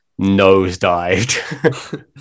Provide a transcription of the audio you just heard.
nosedived